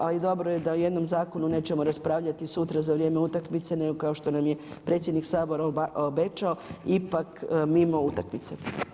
Ali dobro je da o jednom zakonu nećemo raspravljati sutra za vrijeme utakmice neko kao što nam je predsjednik Sabora obećao ipak mimo utakmice.